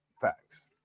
Facts